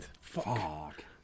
Fuck